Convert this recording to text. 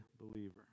believer